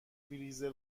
فریزر